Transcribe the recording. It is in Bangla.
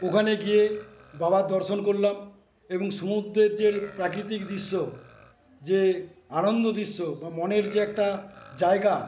ওখানে গিয়ে বাবার দর্শন করলাম এবং সমুদ্রের যে প্রাকৃতিক দৃশ্য যে আনন্দ দৃশ্য বা মনের যে একটা জায়গা